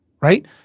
right